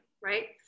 right